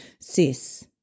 Sis